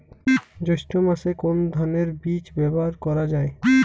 জৈষ্ঠ্য মাসে কোন ধানের বীজ ব্যবহার করা যায়?